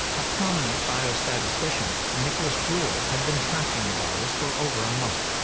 a prominent biostatistician, nicholas jewell, had been tracking the virus for over a month.